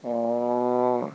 orh